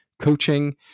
coaching